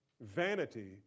Vanity